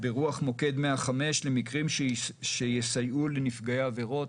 ברוח מוקד 105 למקרים שיסייעו לנפגעי עבירות.